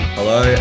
Hello